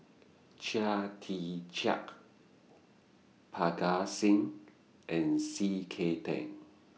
Chia Tee Chiak Parga Singh and C K Tang